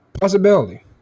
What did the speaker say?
Possibility